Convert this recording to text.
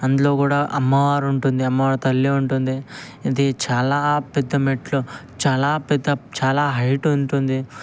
అందులో కూడా అమ్మవారు ఉంటుంది అమ్మవారు తల్లి ఉంటుంది ఇది చాలా పెద్ద మెట్లు చాలా పెద్ద చాలా హైట్ ఉంటుంది